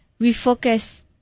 refocus